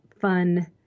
fun